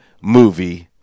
movie